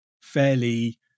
fairly